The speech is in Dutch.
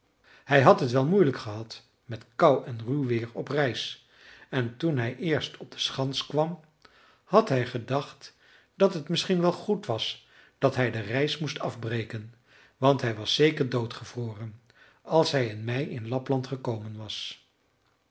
hij had het wel moeilijk gehad met kou en ruw weer op reis en toen hij eerst op de schans kwam had hij gedacht dat het misschien wel goed was dat hij de reis moest afbreken want hij was zeker doodgevroren als hij in mei in lapland gekomen was